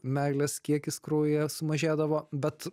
meilės kiekis kraujyje sumažėdavo bet